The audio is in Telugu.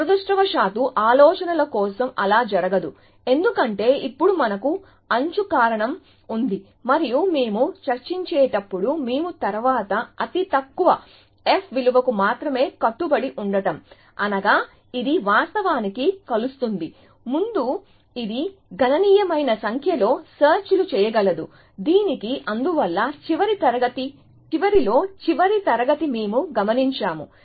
దురదృష్టవశాత్తు ఆలోచనల కోసం అలా జరగదు ఎందుకంటే ఇప్పుడు మనకు అంచు కారణం ఉంది మరియు మేము చర్చించేటప్పుడు మేము తర్వాత అతి తక్కువ ఎఫ్ విలువకు మాత్రమే కట్టుబడి ఉంటాం అనగా ఇది వాస్తవానికి కలుస్తుంది ముందు ఇది గణనీయమైన సంఖ్యలో సెర్చ్ లు చేయగలదు దీనికి అందువల్ల చివరి తరగతి చివరిలో చివరి తరగతి మేము గమనించాము